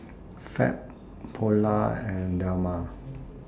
Fab Polar and Dilmah